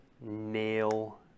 nail